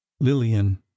lillian